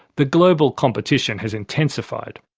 the global competition has intensified.